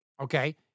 Okay